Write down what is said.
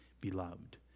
beloved